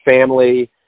family